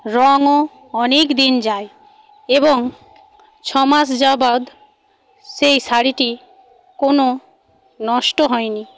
রংও অনেকদিন যায় এবং ছমাস যাবত সেই শাড়িটি কোনো নষ্ট হয়নি